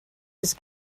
his